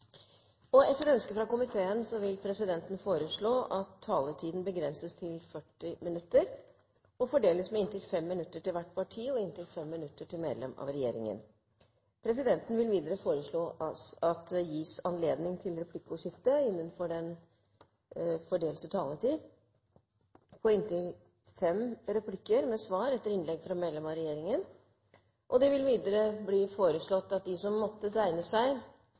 avsluttet. Etter ønske fra transport- og kommunikasjonskomiteen vil presidenten foreslå at taletiden begrenses til 40 minutter og fordeles med inntil 5 minutter til hvert parti og inntil 5 minutter til medlem av regjeringen. Videre vil presidenten foreslå at det gis anledning til replikkordskifte på inntil fem replikker med svar etter innlegg fra medlem av regjeringen innenfor den fordelte taletid. Videre blir det foreslått at de som måtte tegne seg